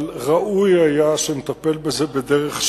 אבל ראוי היה שנטפל בזה בדרך שונה.